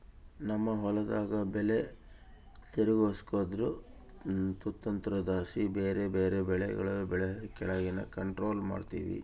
ನಮ್ ಹೊಲುದಾಗ ಬೆಲೆ ತಿರುಗ್ಸೋದ್ರುದು ತಂತ್ರುದ್ಲಾಸಿ ಬ್ಯಾರೆ ಬ್ಯಾರೆ ಬೆಳೆ ಬೆಳ್ದು ಕಳೇನ ಕಂಟ್ರೋಲ್ ಮಾಡ್ತಿವಿ